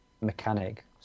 mechanic